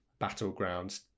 battlegrounds